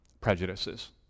prejudices